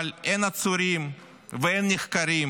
אבל אין עצורים ואין נחקרים,